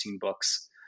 books